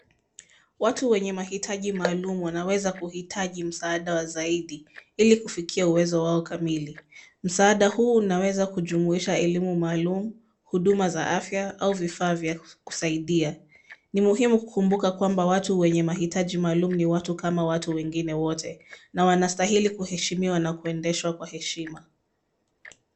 Watu wenye mahitaji maalum wanaweza kuhitaji msaada wa zaidi ili kufikia uwezo wao kamili. Msaada huu unaweza kujumuisha elimu maalum, huduma za afya au vifaa vya kusaidia. Ni muhimu kukumbuka kwamba watu wenye mahitaji maalum ni watu kama watu wengine wote na wanastahili kuheshimiwa na kuendeshwa kwa heshima.